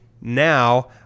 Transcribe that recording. now